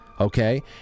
Okay